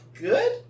good